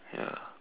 ya